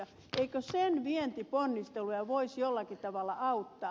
eikö sen vientiponnisteluja voisi jollakin tavalla auttaa